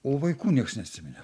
o vaikų nieks neatsiminė